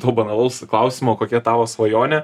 to banalaus klausimo kokia tavo svajonė